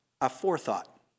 aforethought